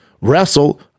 wrestle